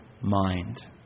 mind